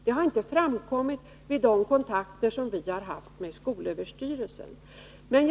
Det har inte framkommit vid de kontakter som vi har haft med skolöverstyrelsen.